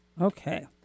Okay